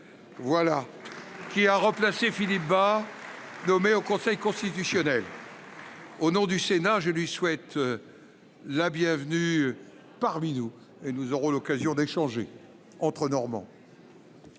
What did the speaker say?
qui remplace M. Philippe Bas, nommé au Conseil constitutionnel. Au nom du Sénat, je lui souhaite la bienvenue parmi nous. Nous aurons l’occasion d’échanger entre Normands,